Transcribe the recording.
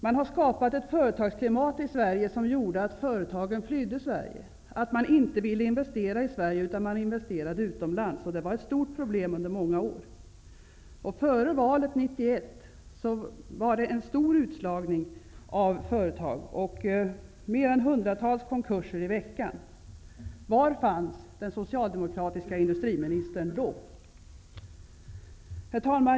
Man skapade ett företagsklimat i Sverige som gjorde att företagen flydde landet. Företagarna ville inte investera i Sverige, utan gjorde det i stället utomlands. Det var ett stort problem under många år. Före valet 1991 skedde det en stor utslagning av företag. Där var mer än 100 konkurser i veckan. Var fanns den socialdemokratiska industriministern då?